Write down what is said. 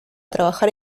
trabajar